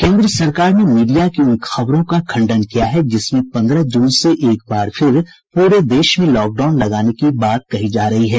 केंद्र सरकार ने मीडिया की उन खबरों का खंडन किया है जिसमें पंद्रह जून से एक बार फिर प्रे देश में लॉकडाउन लगाने की बात कही जा रही है